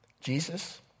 Jesus